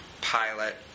pilot